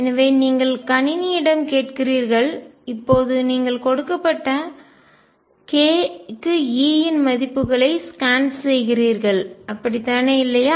எனவே நீங்கள் கணினியிடம் கேட்கிறீர்கள் இப்போது நீங்கள் கொடுக்கப்பட்ட k க்கு E இன் மதிப்புகளை ஸ்கேன் செய்கிறீர்கள் அப்படித்தானே இல்லையா